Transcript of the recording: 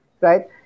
Right